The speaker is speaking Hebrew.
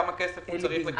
כמה כסף הוא צריך לקבל.